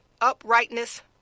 uprightness